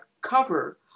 cover